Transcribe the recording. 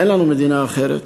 אין לנו מדינה אחרת.